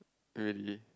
really